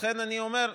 לכן אני אומר,